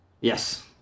Yes